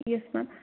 yes ma'am